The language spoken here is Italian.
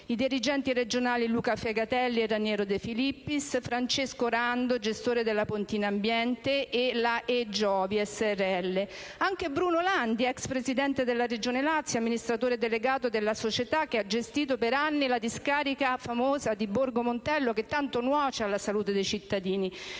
i dirigenti regionali Luca Fegatelli e Raniero De Filippis; Francesco Rando, gestore della Pontina ambiente e della E. Giovi Srl; anche Bruno Landi, ex presidente della Regione Lazio e amministratore delegato della società che ha gestito per anni la famosa discarica di Borgo Montello, che tanto nuoce alla salute dei cittadini,